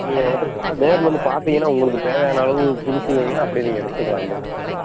நீங்கள் வந்து பார் நேரில் வந்து பார்த்தீங்கன்னா உங்களுக்குத் தேவையான அளவு புதுசு வேணுன்னா அப்படியே நீங்கள் எடுத்துக்கலாம் வந்து அப்படியே